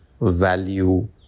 value